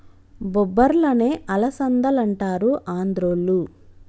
బొబ్బర్లనే అలసందలంటారు ఆంద్రోళ్ళు